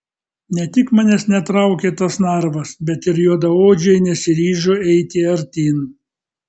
ne tik manęs netraukė tas narvas bet ir juodaodžiai nesiryžo eiti artyn